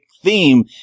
theme